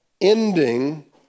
ending